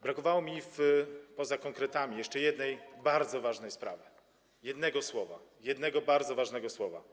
Brakowało mi poza konkretami jeszcze jednej bardzo ważnej sprawy, jednego słowa, jednego bardzo ważnego słowa.